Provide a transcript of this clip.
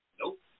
Nope